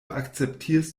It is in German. akzeptierst